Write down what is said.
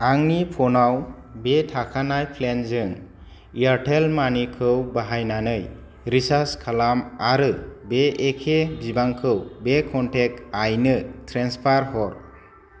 आंनि फनाव बे थाखानाय प्लेनजों एयारटेल मानिखौ बाहायनानै रिसार्ज खालाम आरो बे एखे बिबांखौ बे कनटेक्ट आइनो ट्रेन्सफार हर